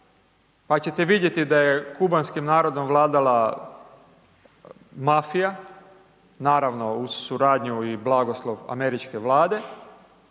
pa ćete vidjeti da je kubanskim narodom vladala mafija, naravno, uz suradnju i blagoslov američke Vlade.